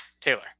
Taylor